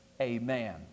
amen